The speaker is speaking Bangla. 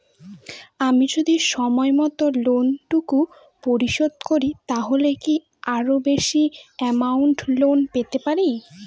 আমি যদি সময় মত লোন টুকু পরিশোধ করি তাহলে কি আরো বেশি আমৌন্ট লোন পেতে পাড়ি?